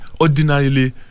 Ordinarily